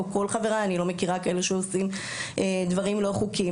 אני לא מכירה כאלה שעושים דברים לא חוקיים.